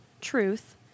truth